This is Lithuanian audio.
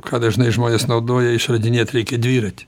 ką dažnai žmonės naudoja išradinėt reikia dviratį